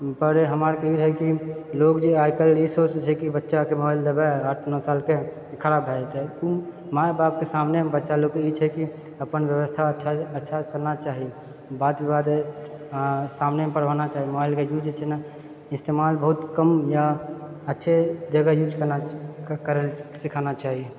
पर हमरा आरके ई रहै कि लोग जे आइ काल्हि ई सोचै छै कि बच्चाके मोबाइल देबै आठ नओ सालके खराब भए जेतै माए बापके सामनेमे बच्चा लोगके ई छै कि अपन व्यवस्था अच्छासँ चलना चाही बात विवाद सामनेमे होना चाही मोबाइलके यूज जे छै ने इस्तेमाल बहुत कम या अच्छे जगह यूज करै लऽ सीखाना चाही